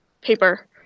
paper